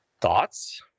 Thoughts